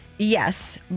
Yes